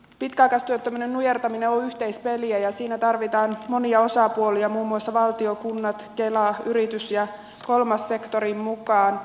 pitkäaikaistyöttömyyden nujertaminen on yhteispeliä ja siinä tarvitaan monia osapuolia muun muassa valtio kunnat kela yritys ja kolmas sektori mukaan